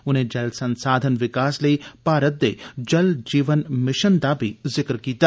उनें जलसंसाधन विकास लेई भारत दे जल जीवन मिशन दा बी जिकर कीता